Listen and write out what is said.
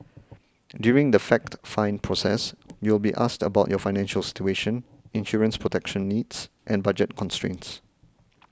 during the fact find process you will be asked about your financial situation insurance protection needs and budget constraints